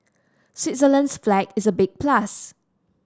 Switzerland's flag is a big plus